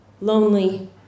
lonely